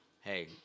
hey